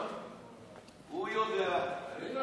הוא יודע.